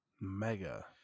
mega